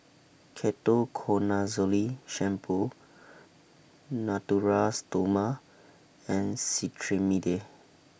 Ketoconazole Shampoo Natura Stoma and Cetrimide